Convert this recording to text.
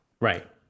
right